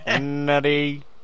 nutty